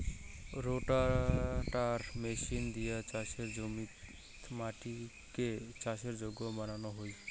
রোটাটার machine দিয়া চাসের জমিয়াত মাটিকে চাষের যোগ্য বানানো হই